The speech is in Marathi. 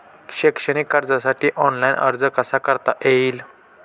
शैक्षणिक कर्जासाठी ऑनलाईन अर्ज कसा करता येईल?